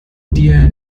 dir